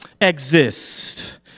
exist